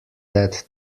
that